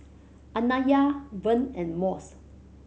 Anaya Vern and Mose